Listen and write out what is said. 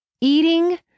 Eating